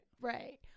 right